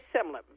similar